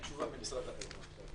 הישיבה ננעלה בשעה